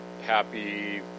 happy